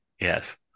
Yes